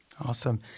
Awesome